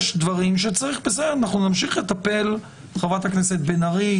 אנחנו נמשיך לטפל חברת הכנסת בן-ארי,